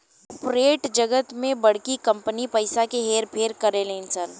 corporate जगत में बड़की कंपनी पइसा के हेर फेर करेली सन